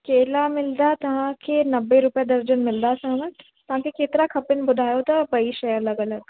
केला मिलंदा तव्हांखे नवे रुपए दर्जन मिलंदा असां वटि तव्हांखे केतिरा खपनि ॿुधायो त ॿई शइ अलॻि अलॻि